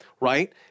right